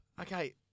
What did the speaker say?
Okay